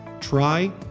Try